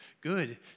good